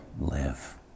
Live